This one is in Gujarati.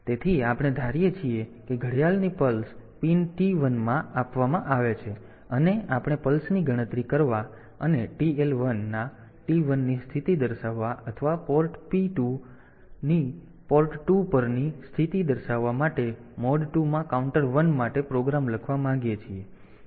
તેથી આપણે ધારીએ છીએ કે ઘડિયાળની પલ્સ પિન T 1 માં આપવામાં આવે છે અને આપણે પલ્સની ગણતરી કરવા અને TL 1 ના T 1 ની સ્થિતિ દર્શાવવા અથવા પોર્ટ P2 ની પોર્ટ 2 પરની સ્થિતિ દર્શાવવા માટે મોડ 2 માં કાઉન્ટર 1 માટે પ્રોગ્રામ લખવા માંગીએ છીએ